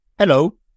Hello